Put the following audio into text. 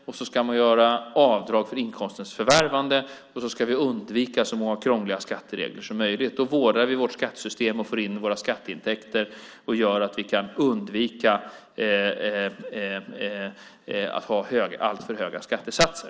Man ska göra avdrag för inkomstens förvärvande. Och vi ska undvika så många krångliga skatteregler som möjligt. Då vårdar vi vårt skattesystem och får in våra skatteintäkter. Det gör att vi kan undvika att ha alltför höga skattesatser.